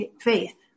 faith